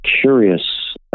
curious